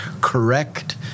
correct